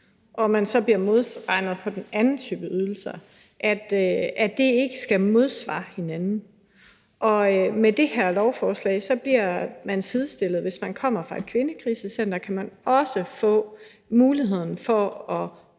man ikke blive modregnet i en anden type ydelser; de skal ikke modsvare hinanden. Og med det her lovforslag bliver man sidestillet, så man, hvis man kommer fra et kvindekrisecenter, også har muligheden for at